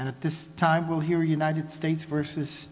and at this time we'll hear united states versus